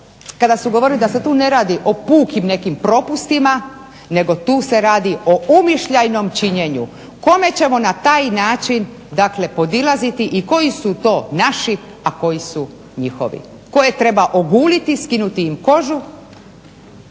kada su govorili da se tu ne radi o pukim nekim propustima nego tu se radi o umišljajnom činjenju kome ćemo na taj način podilaziti i koji su to naši, a koji su njihovi, koje treba oguliti i skinuti im kožu,